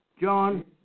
John